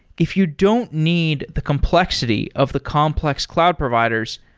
if you don't need the complexity of the complex cloud providers,